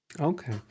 Okay